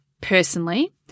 personally